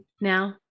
now